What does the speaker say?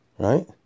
Right